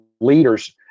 leaders